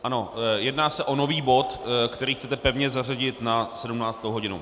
Ano, jedná se o nový bod, který chcete pevně zařadit dnes na 17. hodinu.